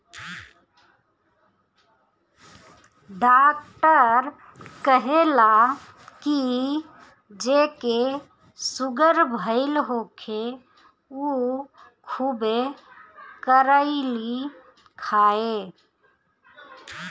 doctor कहेला की जेके सुगर भईल होखे उ खुबे करइली खाए